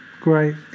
great